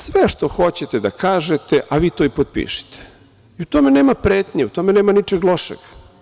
Sve što hoćete da kažete, vi to i potpišite i u tome nema pretnje, u tome nema ničeg lošeg.